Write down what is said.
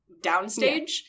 downstage